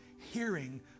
hearing